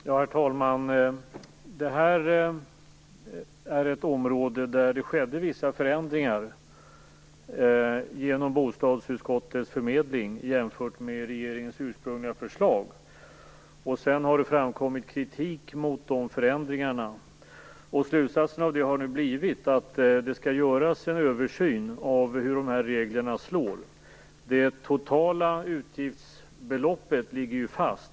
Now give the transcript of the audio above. Herr talman! Det här är ett område där det skedde vissa förändringar genom bostadsutskottets förmedling jämfört med regeringens ursprungliga förslag. Sedan har det framkommit kritik mot de förändringarna. Slutsatsen av det har nu blivit att det skall göras en översikt av hur reglerna slår. Det totala utgiftsbeloppet ligger ju fast.